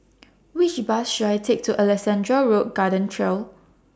Which Bus should I Take to Alexandra Road Garden Trail